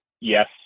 Yes